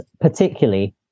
particularly